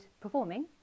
performing